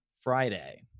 Friday